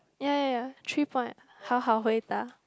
ya ya ya three point 好好回答:Hao hao hui da